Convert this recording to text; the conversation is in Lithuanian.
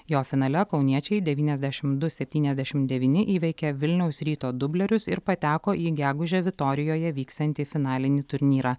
jo finale kauniečiai devyniasdešimt du septyniasdešimt devyni įveikė vilniaus ryto dublerius ir pateko į gegužę vitorijoje vyksiantį finalinį turnyrą